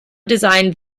designed